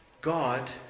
God